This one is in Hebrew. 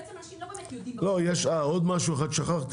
כשבעצם אנשים לא באמת יודעים מה --- עוד משהו אחד שכחתי,